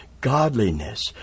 Godliness